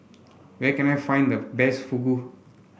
where can I find the best Fugu